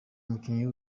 umukinnyi